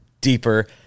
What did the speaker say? deeper